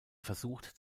versucht